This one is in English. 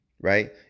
Right